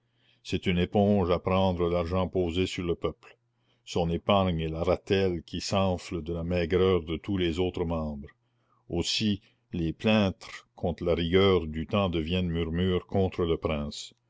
c'est une éponge à prendre l'argent posée sur le peuple son épargne est la ratelle qui s'enfle de la maigreur de tous les autres membres aussi les plaintes contre la rigueur du temps deviennent murmures contre le prince